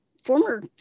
former